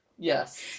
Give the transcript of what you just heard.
yes